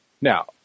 Now